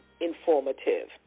informative